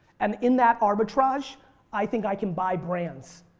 and in that arbitrage i think i can buy brands.